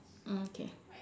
oh okay